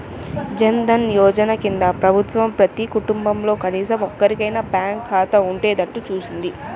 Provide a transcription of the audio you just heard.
జన్ ధన్ యోజన కింద ప్రభుత్వం ప్రతి కుటుంబంలో కనీసం ఒక్కరికైనా బ్యాంకు ఖాతా ఉండేట్టు చూసింది